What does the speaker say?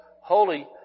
holy